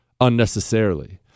unnecessarily